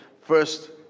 first